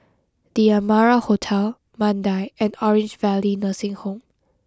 The Amara Hotel Mandai and Orange Valley Nursing Home